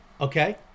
Okay